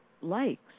likes